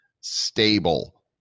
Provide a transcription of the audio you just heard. stable